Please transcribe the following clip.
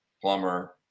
plumber